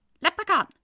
Leprechaun